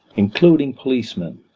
including policemen.